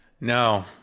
No